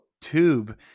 tube